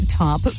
top